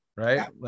Right